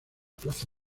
plaza